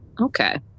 Okay